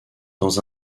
dans